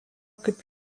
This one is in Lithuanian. kaip